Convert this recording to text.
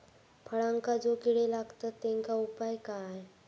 फळांका जो किडे लागतत तेनका उपाय काय?